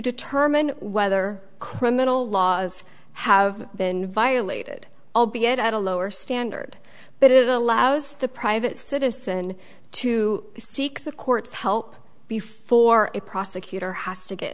determine whether criminal laws have been violated albeit at a lower standard but it allows the private citizen to seek the court's help before a prosecutor has to get